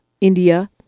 India